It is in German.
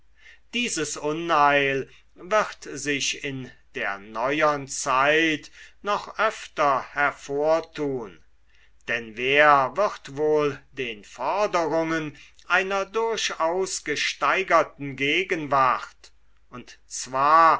dieses unheil wird sich in der neuern zeit noch öfter hervortun denn wer wird wohl den forderungen einer durchaus gesteigerten gegenwart und zwar